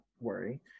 worry